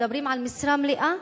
מדברים על משרה מלאה,